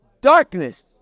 darkness